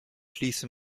schließe